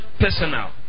personal